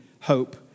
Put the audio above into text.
hope